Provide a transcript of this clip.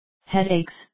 headaches